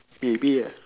maybe lah